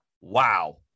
Wow